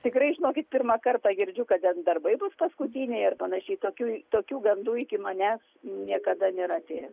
tikrai žinokit pirmą kartą girdžiu kad ten darbai bus paskutiniai ir panašiai tokių tokių gandų iki manęs niekada nėra atėję